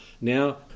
now